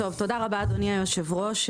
תודה רבה אדוני היושב ראש.